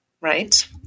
right